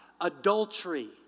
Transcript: adultery